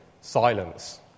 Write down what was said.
silence